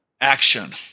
action